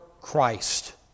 Christ